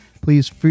please